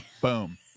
Boom